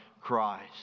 Christ